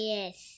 Yes